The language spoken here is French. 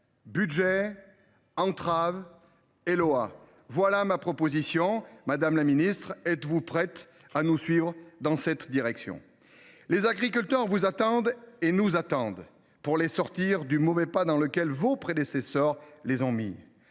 budget, entraves, LOA : voilà ma proposition, madame la ministre. Êtes vous prête à nous suivre dans cette direction ? Les agriculteurs vous attendent et nous attendent : il s’agit de les sortir du mauvais pas dans lequel vos prédécesseurs les ont mis.